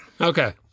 Okay